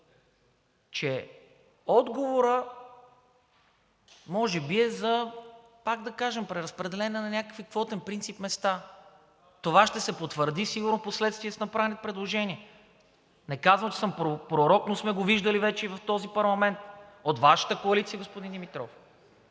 че отговорът може би е, пак да кажем, преразпределяне на някакъв квотен принцип на места. Това ще се потвърди сигурно впоследствие с направените предложения. Не казвам, че съм пророк, но сме го виждали вече и в този парламент – от Вашата коалиция, господин Димитров,